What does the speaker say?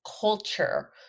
culture